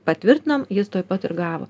patvirtinam jis tuoj pat ir gavo